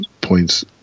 points